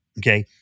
Okay